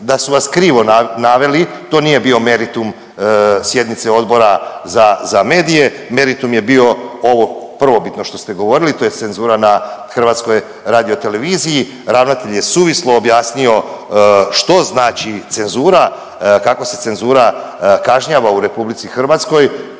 da su vas krivo naveli to nije bio meritum sjednice Odbora za medije, meritum je bio ovo prvobitno što ste govorili tj. cenzura na HRT-u. Ravnatelj je suvislo objasnio što znači cenzura, kako se cenzura kažnjava u RH, kako